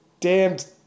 damned